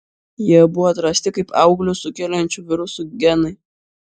jie buvo atrasti kaip auglius sukeliančių virusų genai